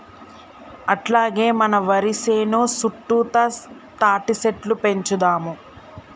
అట్లాగే మన వరి సేను సుట్టుతా తాటిసెట్లు పెంచుదాము